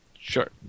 Sure